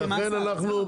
אז לכן אנחנו.